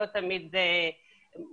לא תמיד מותאמים,